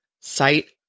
site